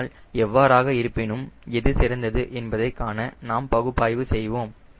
ஆனால் எவ்வாறாக இருப்பினும் எது சிறந்தது என்பதை காண நாம் பகுப்பாய்வு செய்வோம்